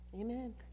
Amen